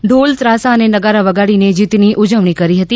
ઢોલ ત્રાસા અને નગારા વગાડીને જીતની ઉજવણી કરી હતી